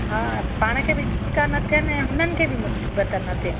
हा पाण खे बि धिका न थियनि ऐं हुननि खे बि मुसीबत न थिए